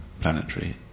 planetary